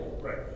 Right